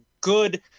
good